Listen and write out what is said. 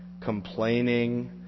complaining